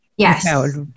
Yes